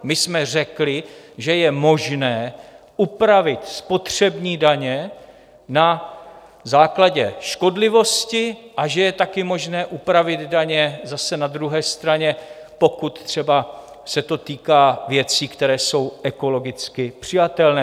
My jsme řekli, že je možné upravit spotřební daně na základě škodlivosti a že je také možné upravit daně zase na druhé straně, třeba pokud se to týká věcí, které jsou ekologicky přijatelné.